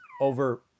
over